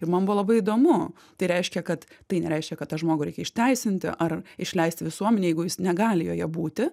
ir man buvo labai įdomu tai reiškia kad tai nereiškia kad tą žmogų reikia išteisinti ar išleist į visuomenę jeigu jis negali joje būti